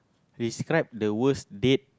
describe the worst date